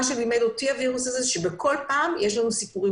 מהווירוס הזה למדתי שכל פעם יש סיפורים